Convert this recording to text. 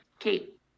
Kate